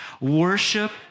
Worship